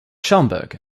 schaumburg